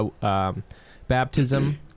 baptism